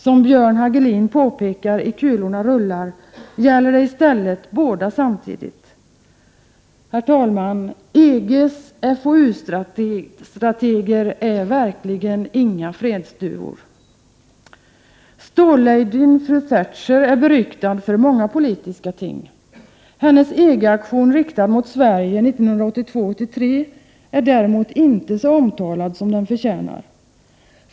Som Björn Hagelin påpekar i ”Kulorna rullar”, gäller det i stället båda samtidigt. Herr talman! EG:s FoU-strateger är verkligen inga fredsduvor. Stålladyn, fru Thatcher, är beryktad för många politiska ting. Hennes EG-aktion riktad mot Sverige 1982-1983 är däremot inte så omtalad som den förtjänar.